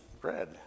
bread